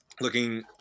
looking